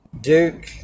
Duke